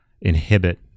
inhibit